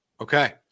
Okay